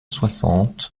soixante